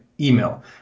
email